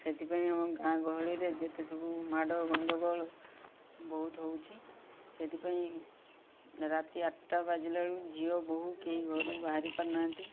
ସେଥିପାଇଁ ଆମ ଗାଁ ଗହଳିରେ ଯେତେ ସବୁ ମାଡ଼ ଗଣ୍ଡଗୋଳ ବହୁତ ହେଉଛି ସେଥିପାଇଁ ରାତି ଆଠଟା ବାଜିଲା ବେଳକୁ ଝିଅ ବୋହୂ କେହି ଘରୁ ବାହାରି ପାରୁନାହାନ୍ତି